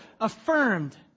affirmed